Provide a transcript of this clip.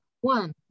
One